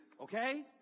okay